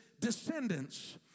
descendants